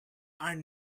are